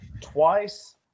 twice